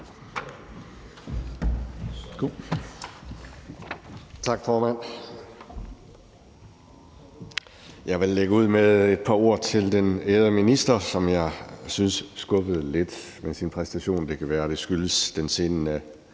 Tak, formand. Jeg vil lægge ud med et par ord til den ærede minister, som jeg synes skuffede lidt med sin præstation. Det kan være, det skyldes den sene